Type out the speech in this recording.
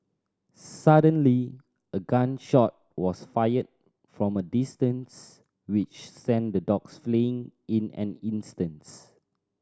suddenly a gun shot was fired from a distance which sent the dogs fleeing in an instants